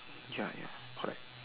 ya ya correct